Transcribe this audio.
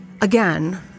Again